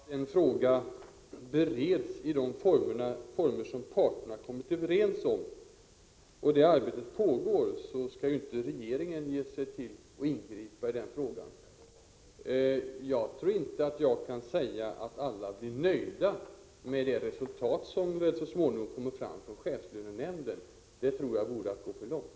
Herr talman! Om en fråga bereds i de former som parterna kommit överens om och det arbetet pågår skall inte regeringen ingripa i den frågans behandling. Jag tror inte jag kan säga att alla blir nöjda med det resultat som så småningom kommer fram från chefslönenämnden. Det vore att gå för långt.